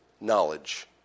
knowledge